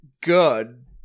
good